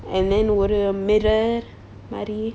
and then ஒரு:oru mirror மாறி:mari